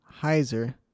Heiser